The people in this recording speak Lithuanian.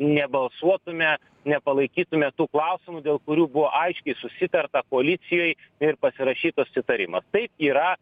nebalsuotume nepalaikytume tų klausimų dėl kurių buvo aiškiai susitarta koalicijoj ir pasirašytas susitarimas taip yra